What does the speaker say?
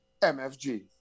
MFG